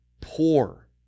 poor